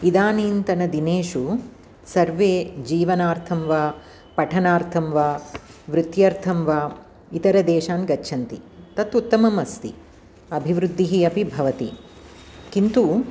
इदानीन्तन दिनेषु सर्वे जीवनार्थम् वा पठनार्थं वा वृद्ध्यर्थं वा इतरदेशं गच्छन्ति तत् उत्तमम् अस्ति अभिवृद्धिः अपि भवति किन्तु